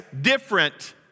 different